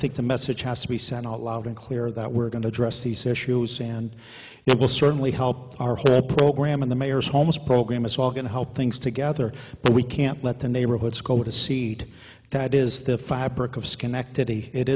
think the message has to be sent out loud and clear that we're going to address these issues and it will certainly help our program in the mayor's homes program it's all going to help things together but we can't let the neighborhoods go to see that is the fabric of schenectady it